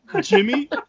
Jimmy